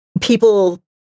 people